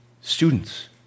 Students